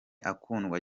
akundwa